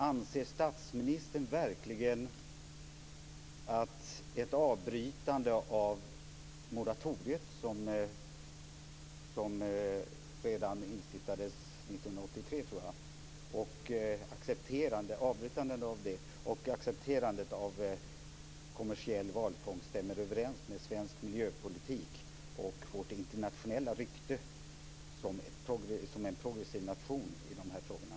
Anser statsministern verkligen att ett avbrytande av moratoriet, som instiftades redan 1983, tror jag, och accepterandet av kommersiell valfångst stämmer överens med svensk miljöpolitik och vårt internationella rykte som en progressiv nation i de här frågorna?